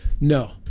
no